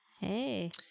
Hey